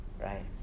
right